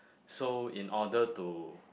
so in order to